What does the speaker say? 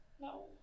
No